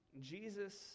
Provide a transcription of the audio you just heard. jesus